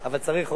אבל צריך רוב.